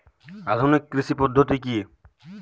আধুনিক কৃষি পদ্ধতি কী?